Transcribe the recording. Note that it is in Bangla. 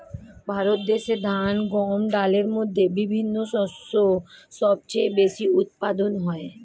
ভারত দেশে ধান, গম, ডালের মতো বিভিন্ন শস্য সবচেয়ে বেশি উৎপাদন হয়